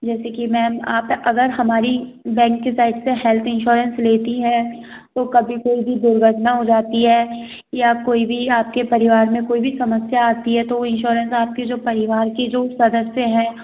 जैसे कि मैम आप है अगर हमारी बैंक की साइड से हैल्त इन्श्योरेन्स लेती हैं तो कभी कोई भी दुर्घटना हो जाती है या कोई भी आपके परिवार में कोई भी समस्या आती है तो वो इन्श्योरेन्सआपके जो परिवार के जो सदस्य हैं